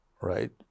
right